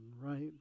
right